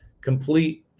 complete